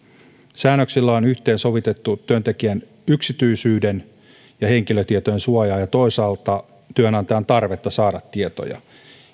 säännöksillä on yhteensovitettu työntekijän yksityisyyden ja henkilötietojen suojaa ja toisaalta työnantajan tarvetta saada tietoja